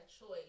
choice